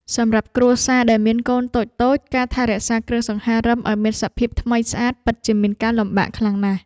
សម្រាប់គ្រួសារដែលមានកូនតូចៗការថែរក្សាគ្រឿងសង្ហារិមឱ្យមានសភាពថ្មីស្អាតពិតជាមានការលំបាកខ្លាំងណាស់។